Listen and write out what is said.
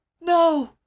No